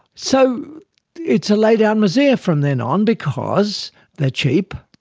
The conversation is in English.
so it's a lay down misere from then on because they are cheap,